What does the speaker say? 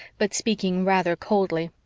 but speaking rather coldly.